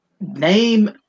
name